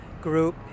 group